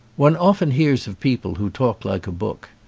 one often hears of people who talk like a book.